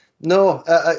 no